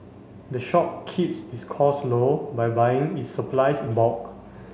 the shop keeps its costs low by buying its supplies in bulk